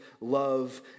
love